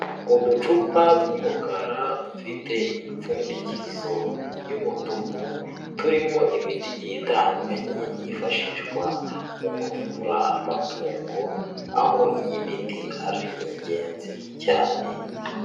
Uducupa tw'umukara dufite imipfundikizo y'umutuku, turimo imiti igiye itandukanye yifashishwa mu kuvura amatungo aho iyimiti ari ingenzi cyane.